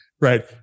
right